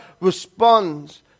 responds